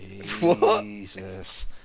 Jesus